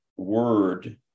word